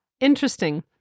Interesting